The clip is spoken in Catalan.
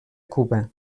cuba